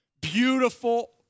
beautiful